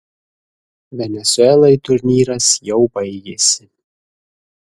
venesuelai turnyras jau baigėsi